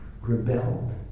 rebelled